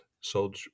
sold